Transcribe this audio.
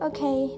Okay